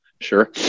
sure